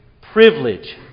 privilege